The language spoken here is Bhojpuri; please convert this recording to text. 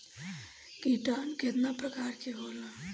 किटानु केतना प्रकार के होला?